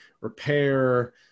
repair